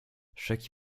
chaque